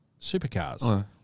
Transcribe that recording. supercars